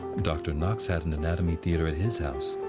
dr. knox had an anatomy theater at his house.